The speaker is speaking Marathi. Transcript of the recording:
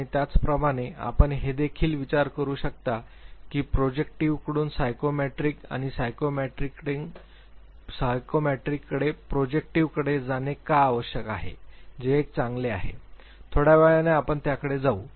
आणि त्याचप्रमाणे आपण हे देखील विचार करू शकता की प्रोजेक्टिव्हकडून सायकोमेट्रिक किंवा सायकोमेट्रिककडे प्रोजेक्टिव्हकडे जाणे का आवश्यक आहे जे एक चांगले आहे थोड्या वेळाने आपण त्याकडे येऊ